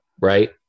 right